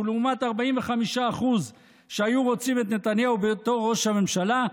ולעומת 45% שהיו רוצים את נתניהו בתור ראש הממשלה,